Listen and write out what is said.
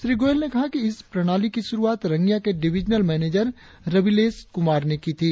श्री गोयल ने कहा कि इस प्रणाली की शुरुआत रंगिया के डिविजनल मैनेजर रविलेश कुमार ने की थी